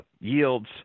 yields